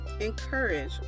encourage